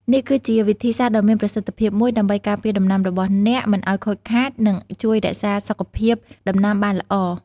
នេះគឺជាវិធីសាស្រ្តដ៏មានប្រសិទ្ធភាពមួយដើម្បីការពារដំណាំរបស់អ្នកមិនឲ្យខូចខាត និងជួយរក្សាសុខភាពដំណាំបានល្អ។